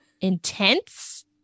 intense